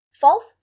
false